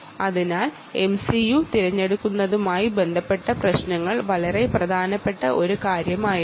അതിനാൽ എംസിയു തിരഞ്ഞെടുക്കുന്നതുമായി ബന്ധപ്പെട്ട ഇവ വളരെ പ്രധാനപ്പെട്ട കാര്യമാണ്